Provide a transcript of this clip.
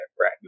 right